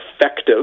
effective